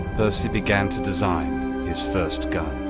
percy began to design his first gun.